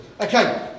Okay